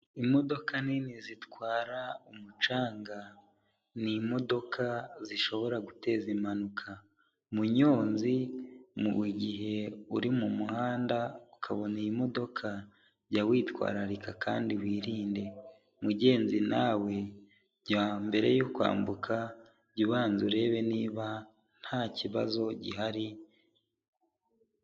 Imodoka nini zitwara umucanga, ni imodoka zishobora guteza impanuka, munyonzi mu gihe uri mu muhanda ukabona iyi modoka jya witwararika kandi wirinde, mugenzi nawe jya mbere yo kwambuka jya ubanza urebe niba ntakibazo gihari.